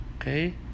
Okay